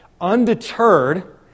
Undeterred